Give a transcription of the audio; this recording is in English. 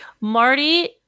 Marty